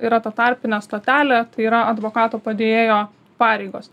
yra tarpinė stotelė tai yra advokato padėjėjo pareigos